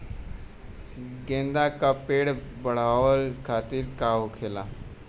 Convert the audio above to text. गेंदा का पेड़ बढ़अब खातिर का होखेला?